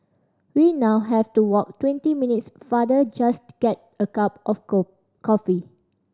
we now have to walk twenty minutes farther just to get a cup of coffee